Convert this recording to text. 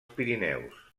pirineus